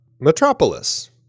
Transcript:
Metropolis